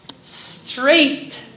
straight